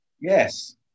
yes